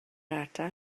ardal